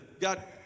God